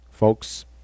Folks